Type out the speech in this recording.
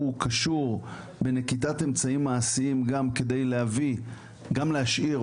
הוא קשור בנקיטת אמצעים מעשיים גם כדי להשאיר אוכלוסייה